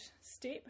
step